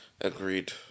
Agreed